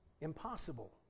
impossible